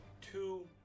two